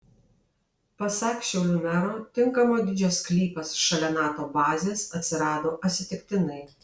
pasak šiaulių mero tinkamo dydžio sklypas šaliai nato bazės atsirado atsitiktinai